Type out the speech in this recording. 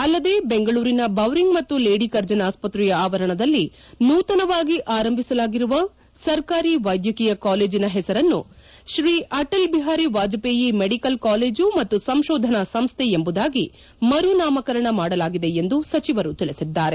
ಅಲ್ಲದೇ ಬೆಂಗಳೂರಿನ ಬೌರಿಂಗ್ ಮತ್ತು ಲೇಡಿ ಕರ್ಜನ್ ಆಸ್ಪತ್ರೆಯ ಆವರಣದಲ್ಲಿ ನೂತನವಾಗಿ ಆರಂಭಿಸಲಾಗಿರುವ ಸರ್ಕಾರಿ ವೈದ್ವಕೀಯ ಕಾಲೇಜಿನ ಹೆಸರನ್ನು ಶ್ರೀ ಅಟಲ್ ಬಿಹಾರಿ ವಾಜಹೇಯಿ ಮೆಡಿಕಲ್ ಕಾಲೇಜ್ ಮತ್ತು ಸಂಶೋಧನಾ ಸಂಶ್ವೆ ಎಂಬುದಾಗಿ ಮರು ನಾಮಕರಣ ಮಾಡಲಾಗಿದೆ ಎಂದು ಸಚಿವರು ತಿಳಿಸಿದ್ದಾರೆ